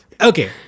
Okay